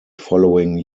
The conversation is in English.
following